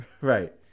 Right